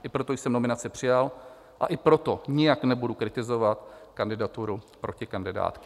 I proto jsem nominaci přijal a i proto nijak nebudu kritizovat kandidaturu protikandidátky.